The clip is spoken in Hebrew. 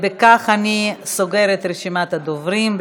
בכך אני סוגרת את רשימת הדוברים.